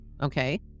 Okay